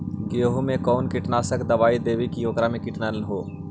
गेहूं में कोन कीटनाशक दबाइ देबै कि ओकरा मे किट न हो?